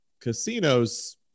casinos